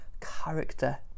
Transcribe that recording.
character